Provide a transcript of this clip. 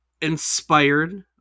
inspired